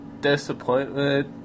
disappointment